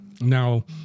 Now